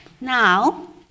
Now